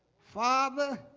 father